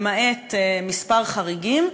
למעט כמה חריגים,